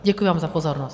Děkuji vám za pozornost.